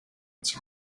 its